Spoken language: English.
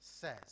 says